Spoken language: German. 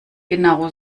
genau